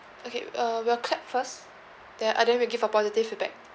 okay uh we'll clap first then and then we'll give a positive feedback